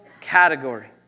category